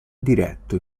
diretto